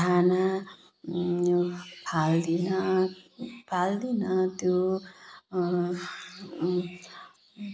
खाना फाल्दिनँ फाल्दिनँ त्यो